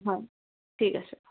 হয় ঠিক আছে